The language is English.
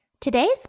Today's